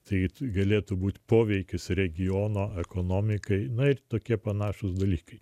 tai galėtų būti poveikis regiono ekonomikai na ir tokie panašūs dalykai